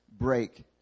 break